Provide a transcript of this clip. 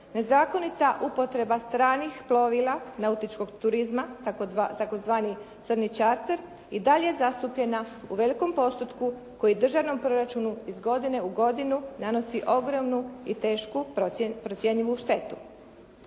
nezakonita upotreba stranih plovila nautičkog turizma, tzv. crni čarter i dalje je zastupljena u velikom postupku koji državnom proračunu iz godine u godinu nanosi ogromnu i tešku procjenjivu štetu.